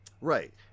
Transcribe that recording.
right